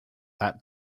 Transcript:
that